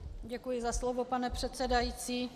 Děkuji za slovo, pane předsedající.